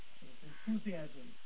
enthusiasm